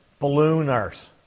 ballooners